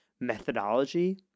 methodology